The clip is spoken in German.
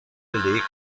belegt